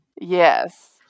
Yes